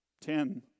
Ten